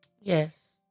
Yes